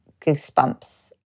goosebumps